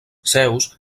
zeus